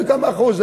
20 וכמה אחוז.